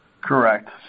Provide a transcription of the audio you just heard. Correct